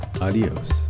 Adios